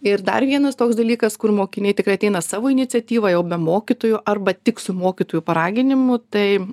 ir dar vienas toks dalykas kur mokiniai tikrai ateina savo iniciatyva jau be mokytojų arba tik su mokytojų paraginimu tai